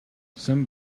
some